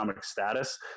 status